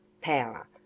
power